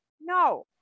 No